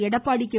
Edappadi K